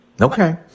Okay